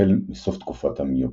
החל מסוף תקופת המיוקן.